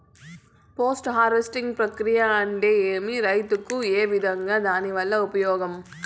Post harvesting ప్రక్రియ అంటే ఏమి? రైతుకు ఏ విధంగా దాని వల్ల ఉపయోగం?